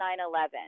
9-11